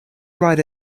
ride